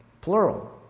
Plural